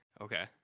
Okay